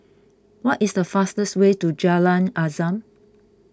what is the fastest way to Jalan Azam